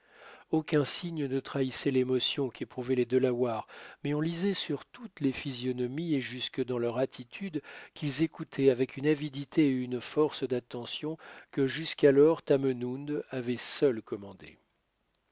aucun signe ne trahissait l'émotion qu'éprouvaient les delawares mais on lisait sur toutes les physionomies et jusque dans leur attitude qu'ils écoutaient avec une avidité et une force d'attention que jusqu'alors tamenund avait seul commandées